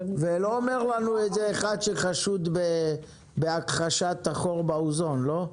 ולא אומר לנו אחד שחשוד בהכחשת החור באוזון, לא?